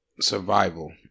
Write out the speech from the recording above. Survival